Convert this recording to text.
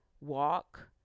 walk